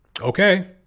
okay